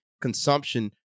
consumption